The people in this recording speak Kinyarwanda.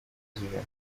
z’ijoro